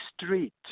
street